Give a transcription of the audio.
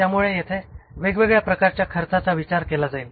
त्यामुळे येथे वेगवेगळ्या प्रकारच्या खर्चाचा विचार केला जाईल